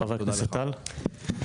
חבר הכנסת טל, בבקשה.